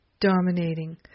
dominating